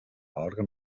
òrgan